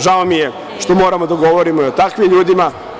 Žao mi je što moramo da govorimo i o takvim ljudima.